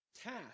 task